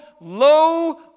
low